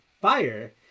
fire